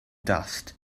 dust